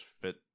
fit